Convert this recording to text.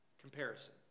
Comparison